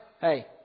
hey